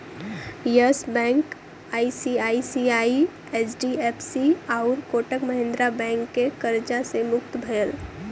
yes bank ICICI, HDFC आउर Kotak Mahindra bank के कर्जा से मुक्त भयल